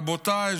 רבותיי,